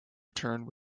returned